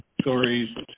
stories